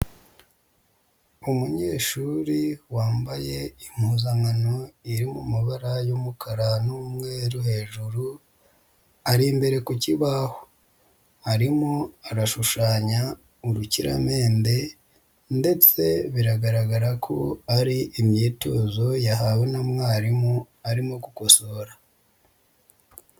Umunyeshuri wambaye impuzankano iri mu mabara y'umukara n'umweru hejuru, ari imbere ku kibaho, arimo arashushanya urukiramende ndetse biragaragara ko ari imyitozo yahawe na mwarimu arimo gukosora.